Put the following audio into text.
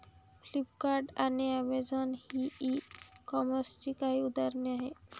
Flipkart आणि Amazon ही e कॉमर्सची काही उदाहरणे आहे